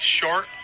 short